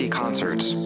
concerts